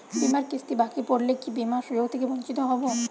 বিমার কিস্তি বাকি পড়লে কি বিমার সুযোগ থেকে বঞ্চিত হবো?